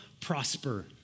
prosper